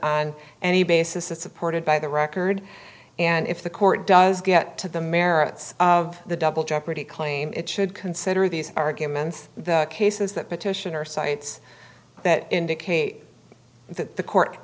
on any basis is supported by the record and if the court does get to the merits of the double jeopardy claim it should consider these arguments the cases that petitioner cites that indicate that the court